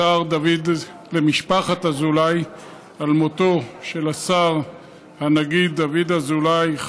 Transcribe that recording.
למשפחת אזולאי על מותו של השר דוד אזולאי,